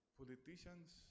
politicians